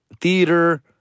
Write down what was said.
theater